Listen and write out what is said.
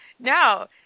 No